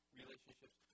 relationships